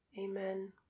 Amen